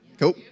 Cool